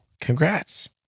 Congrats